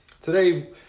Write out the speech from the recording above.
Today